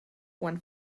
one